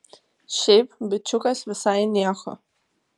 šiaip bičiukas visai nieko